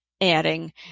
adding